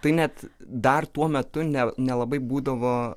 tai net dar tuo metu ne nelabai būdavo